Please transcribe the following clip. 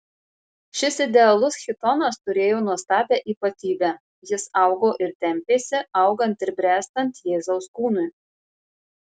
šis idealus chitonas turėjo nuostabią ypatybę jis augo ir tempėsi augant ir bręstant jėzaus kūnui